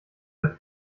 der